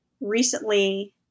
recently